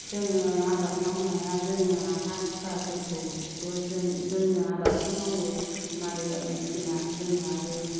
जोङो आबाद मावनाया जोङो हा थिखाफोरखौबो जों जोंनो आबादखौ मावो माइ बायदिसिना जोङो आरो